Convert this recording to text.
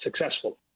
successful